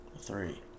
Three